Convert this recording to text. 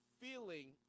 feeling